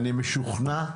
אני משוכנע,